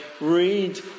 read